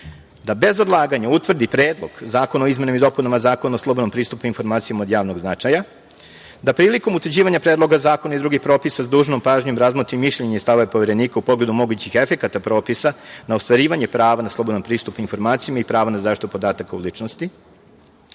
da bez odlaganja utvrdi Predlog zakona o izmenama i dopunama Zakona o slobodnom pristupu informacijama od javnog značaja, da prilikom utvrđivanja predloga zakona i drugih propisa s dužnom pažnjom razmotri mišljenje i stavove Poverenika u pogledu mogućih efekata propisa na ostvarivanje prava na slobodan pristup informacijama i pravo na zaštitu podataka o ličnosti,